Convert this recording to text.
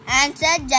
answer